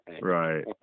Right